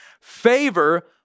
favor